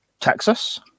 Texas